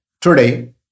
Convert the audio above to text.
today